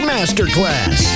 Masterclass